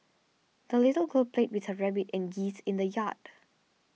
the little girl played with her rabbit and geese in the yard